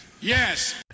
Yes